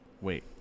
Wait